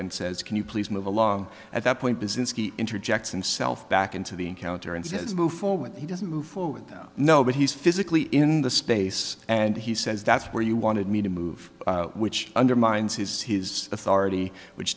and says can you please move along at that point business interjects and self back into the encounter and says move forward he doesn't move forward no but he's physically in the space and he says that's where you wanted me to move which undermines his his authority which